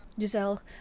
Giselle